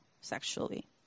sexually